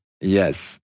Yes